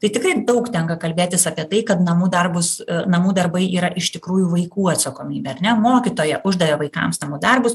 tai tikrai daug tenka kalbėtis apie tai kad namų darbus namų darbai yra iš tikrųjų vaikų atsakomybė ar ne mokytoja uždavė vaikams namų darbus